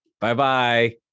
Bye-bye